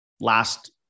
last